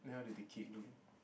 then how did they cake look